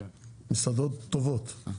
מסעדות טובות,